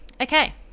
Okay